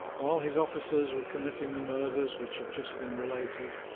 while his officers were committing the murders which have just been related,